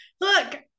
look